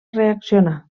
reaccionar